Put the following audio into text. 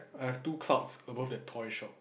I've two clouds above that toy shop